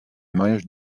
mariage